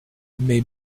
mes